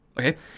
Okay